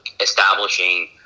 establishing